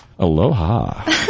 Aloha